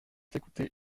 t’écouter